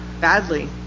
Badly